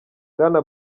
bwana